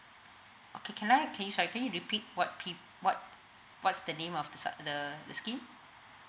okay can I can you sorry can you repeat what P what what's the name of the su~ the scheme